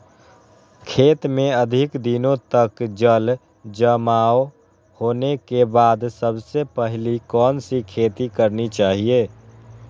खेत में अधिक दिनों तक जल जमाओ होने के बाद सबसे पहली कौन सी खेती करनी चाहिए?